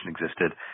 existed